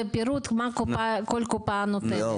ופירוט של מה כל קופה נותנת ובאיזה רובד.